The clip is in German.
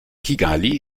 kigali